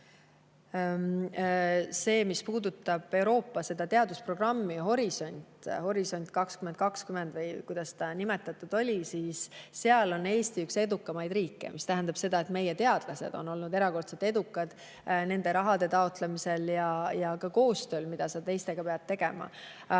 järgi, mis puudutab Euroopa teadusprogrammi Horisont – Horisont 2020 või kuidas ta nimetatud oli –, siis seal on Eesti üks edukamaid riike. See tähendab, et meie teadlased on olnud erakordselt edukad nende rahade taotlemisel ja ka koostööl, mida teistega peab tegema.